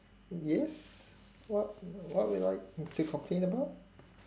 yes what what would would you like to complain about